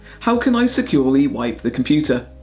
how can i securely wipe the computer?